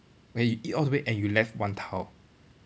when you eat all the way and you left one tile